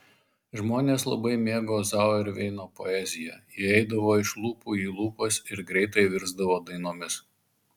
žmonės labai mėgo zauerveino poeziją ji eidavo iš lūpų į lūpas ir greitai virsdavo dainomis